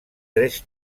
tres